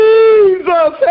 Jesus